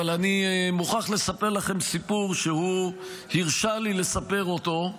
אבל אני מוכרח לספר לכם סיפור שהוא הרשה לי לספר אותו,